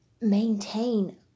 Maintain